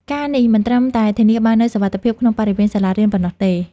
ការណ៍នេះមិនត្រឹមតែធានាបាននូវសុវត្ថិភាពក្នុងបរិវេណសាលារៀនប៉ុណ្ណោះទេ។